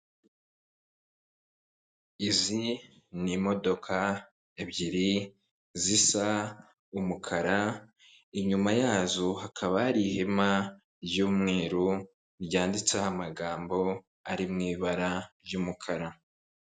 Izi ni imodoka ebyiri zisa umukara, inyuma yazo hakaba hari ihema ry'umweru, ryanditseho amagambo ari mu ibara ry'umukara.